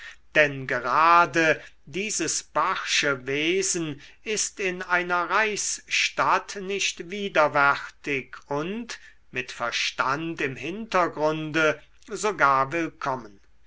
denn gerade dieses barsche wesen ist in einer reichsstadt nicht widerwärtig und mit verstand im hintergrunde sogar willkommen